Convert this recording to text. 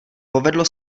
povedlo